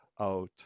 out